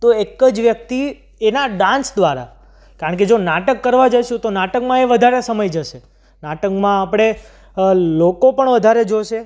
તો એક જ વ્યક્તિ એના ડાન્સ દ્વારા કારણ કે જો નાટક કરવા જઈશું તો નાટકમાં એ વધારે સમય જશે નાટકમાં આપણે લોકો પણ વધારે જોઈશે